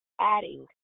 adding